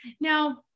Now